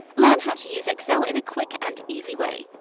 learn how to use excel in a quick and easy way!